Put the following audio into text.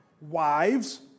Wives